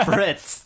Fritz